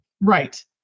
Right